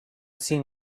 seen